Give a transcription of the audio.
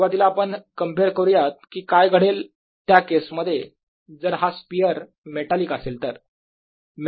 सुरुवातीला आपण कम्पेअर करूयात की काय घडेल त्या केसमध्ये जर हा स्पियर मेटालिक असेल तर